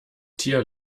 tier